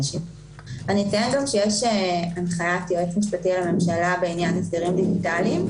אציין שיש הנחיית יועץ משפטי לממשלה בעניין הסדרים דיגיטליים,